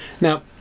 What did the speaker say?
now